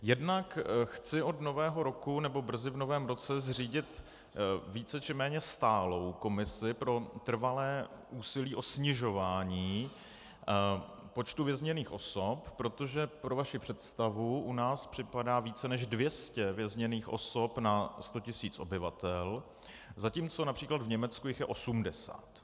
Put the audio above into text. Jednak chci od Nového roku nebo brzy v novém roce zřídit více či méně stálou komisi pro trvalé úsilí o snižování počtu vězněných osob, protože pro vaši představu, u nás připadá více než 200 vězněných osob na sto tisíc obyvatel, zatímco např. v Německu jich je 80.